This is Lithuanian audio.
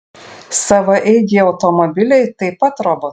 savaeigiai automobiliai taip pat robotai